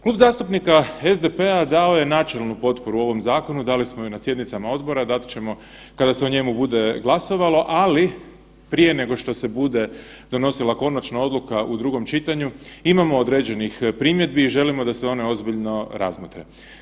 Klub zastupnika SDP-a dao je načelnu potporu ovom zakonu, dali smo ju na sjednicama odbora, dat ćemo kada se o njemu bude glasovalo, ali, prije nego što se bude donosila konačna odluka u drugom čitanju, imamo određenih primjedbi i želimo da se one ozbiljno razmotre.